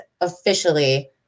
officially